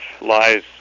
lies